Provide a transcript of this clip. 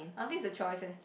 I don't think it's a choice eh